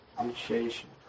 initiation